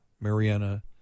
Mariana